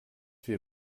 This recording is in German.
wir